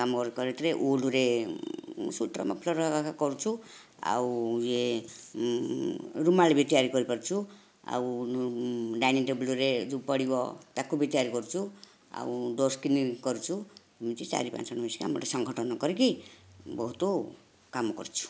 କାମ କରିଥିଲେ ଉଲ୍ ରେ ସ୍ୱେଟର ମଫଲର୍ କରୁଛୁ ଆଉ ଇଏ ରୁମାଲ୍ ଭି ତିଆରି କରିପାରୁଛୁ ଆଉ ଡାଇନିଂ ଟେବୁଲରେ ଯେଉଁ ପଡ଼ିବ ତାକୁ ଭି ତିଆରି କରୁଛୁ ଆଉ ଡୋର୍ ସ୍କ୍ରିନ୍ କରୁଛୁ ଏମିତି ଚାରି ପାଞ୍ଚ ମିଶିକି ଗୋଟିଏ ସଂଗଠନ କରିକି ବହୁତ କାମ କରୁଛୁ